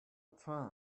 train